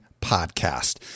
Podcast